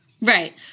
Right